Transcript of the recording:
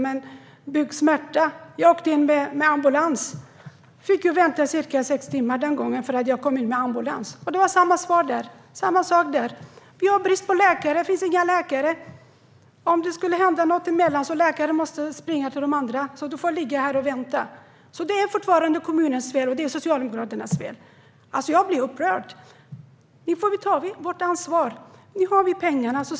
Men jag åkte in med ambulans på grund av buksmärta. Den gången fick jag vänta cirka sex timmar, eftersom jag kom in med ambulans. Jag fick samma svar där: Vi har brist på läkare. Om det skulle hända någonting emellan måste läkarna springa till de andra. Så du får ligga här och vänta. Men du säger fortfarande att det är kommunens och Socialdemokraternas fel, Cecilia. Jag blir upprörd. Nu får ni ta ert ansvar. Nu har ni pengarna.